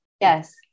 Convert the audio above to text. yes